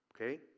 okay